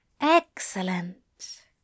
Excellent